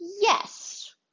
Yes